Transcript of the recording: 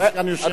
גם אתה יושב-ראש,